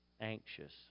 anxious